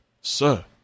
sir